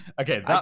okay